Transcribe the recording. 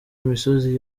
imisozi